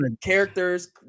characters